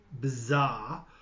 bizarre